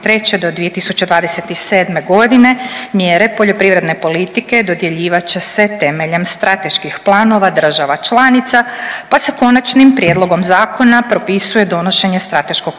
do 2027.g. mjere poljoprivredne politike dodjeljivat će se temeljem strateških planova država članica, pa se Konačnim prijedlogom zakona propisuje donošenje strateškog